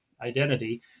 identity